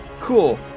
Cool